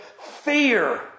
fear